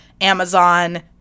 Amazon